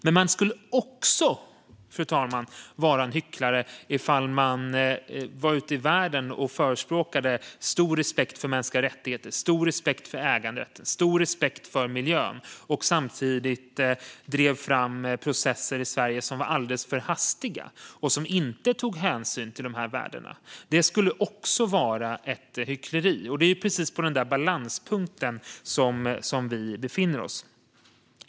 Men man är också en hycklare om man är ute i världen och förespråkar stor respekt för mänskliga rättigheter, ägande och miljö och samtidigt driver fram processer i Sverige som är alldeles för hastiga och som inte tar hänsyn till dessa värden. Det är precis på denna balanspunkt vi befinner oss.